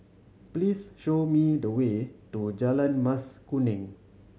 please show me the way to Jalan Mas Kuning